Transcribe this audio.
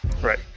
right